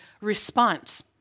response